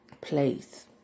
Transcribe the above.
place